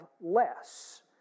less